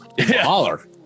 holler